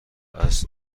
عصر